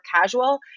casual